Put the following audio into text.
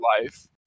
life